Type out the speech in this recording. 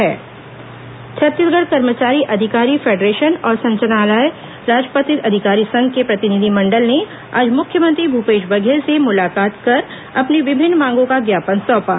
अधिकारी कर्मचारी ज्ञापन छत्तीसगढ़ कर्मचारी अधिकारी फेडरेशन और संचालनालय राजपत्रित अधिकारी संघ के प्रतिनिधि मंडल ने आज मुख्यमंत्री भूपेश बघेल से मुलाकात कर अपनी विभिन्न मांगों का ज्ञापन सौंपा